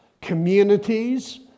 communities